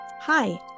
Hi